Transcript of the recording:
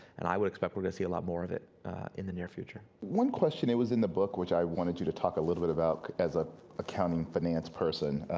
and i would expect we're gonna see a lot more of it in the near future. one question, it was in the book, which i wanted you to talk a little bit about as an ah accounting finance person,